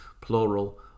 plural